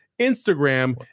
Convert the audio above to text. Instagram